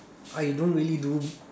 I don't really do